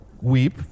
weep